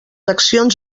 accions